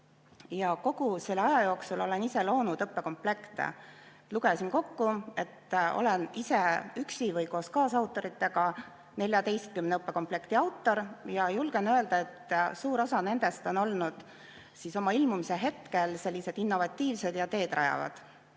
Kogu selle aja jooksul olen ise loonud õppekomplekte. Lugesin kokku, et olen üksi või koos kaasautoritega 14 õppekomplekti autor. Julgen öelda, et suur osa nendest on olnud oma ilmumise hetkel sellised innovatiivsed ja teed rajavad.